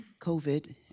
COVID